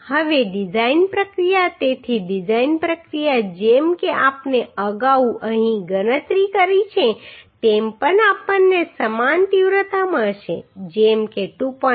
હવે ડિઝાઇન પ્રક્રિયા તેથી ડિઝાઇન પ્રક્રિયા જેમ કે આપણે અગાઉ અહીં ગણતરી કરી છે તેમ પણ આપણને સમાન તીવ્રતા મળશે જેમ કે 2